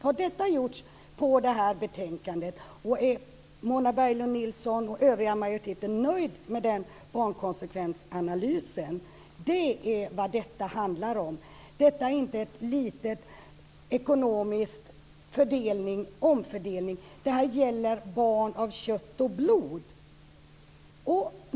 Har detta gjorts med anledning av detta betänkande, och är Mona Berglund Nilsson och den övriga majoriteten nöjd med den barnkonsekvensanalysen? Det är vad detta handlar om. Detta är inte en liten ekonomisk omfördelning. Det gäller barn av kött och blod.